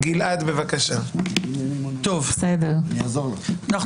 מדובר על